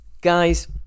guys